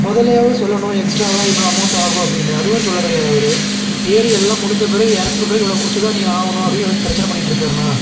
முதல்லையாவது சொல்லணும் எக்ஸ்ட்ராவாக இவ்வளோ அமௌண்ட் ஆகும் அப்படின்னு அதுவும் சொல்ல கிடையாது அவர் ஏறி எல்லாம் முடிந்த பிறகு இறக்கிவிட்ட பிறகு இவ்வளோ கொடுத்துதான் நீ ஆகணும் அப்படின்னு அவர் பிரச்சனை பண்ணிட்டு இருக்காருண்ணா